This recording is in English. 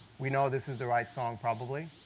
we know this is the right song, probably,